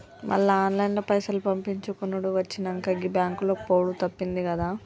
మళ్ల ఆన్లైన్ల పైసలు పంపిచ్చుకునుడు వచ్చినంక, గీ బాంకులకు పోవుడు తప్పిందిగదా